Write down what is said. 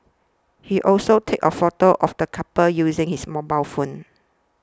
he also take a photo of the couple using his mobile phone